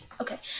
Okay